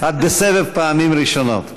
את בסבב פעמים ראשונות.